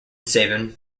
sabin